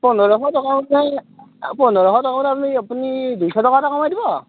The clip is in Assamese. পোন্ধৰশ টকাত পোন্ধৰশ টকাত আপুনি দুইশ টকা এটা কমাই দিব